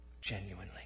genuinely